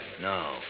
No